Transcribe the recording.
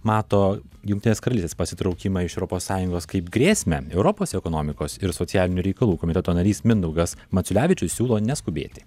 mato jungtinės karalystės pasitraukimą iš europos sąjungos kaip grėsmę europos ekonomikos ir socialinių reikalų komiteto narys mindaugas maciulevičius siūlo neskubėti